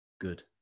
Good